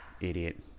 Idiot